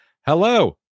hello